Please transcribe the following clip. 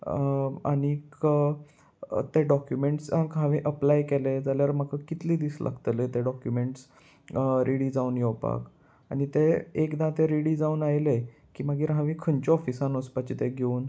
आनीक ते डॉक्युमेंट्सांक हांवें अप्लाय केले जाल्यार म्हाका कितले दीस लागतले ते डॉक्युमेंट्स रेडी जावन येवपाक आनी ते एकदां ते रेडी जावन आयले की मागीर हांवें खंयच्या ऑफिसान वचपाचें तें घेवन